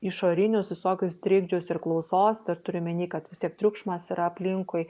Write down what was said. išorinius visokius trikdžius ir klausos dar turiu omeny kad vis tiek triukšmas yra aplinkui